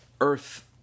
Earth